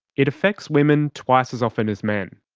it affects women twice as often as men.